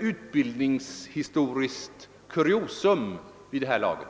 utbildningshistoriskt kuriosum vid det här laget.